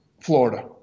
florida